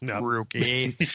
Rookie